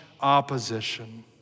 opposition